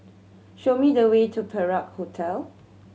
show me the way to Perak Hotel